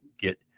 get